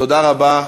תודה רבה.